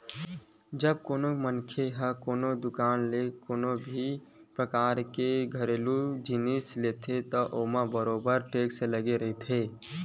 जब कोनो मनखे ह कोनो दुकान ले कोनो भी परकार के घरेलू जिनिस लेथे ओमा बरोबर टेक्स लगे रहिथे